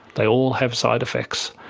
they all have side effects.